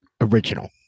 original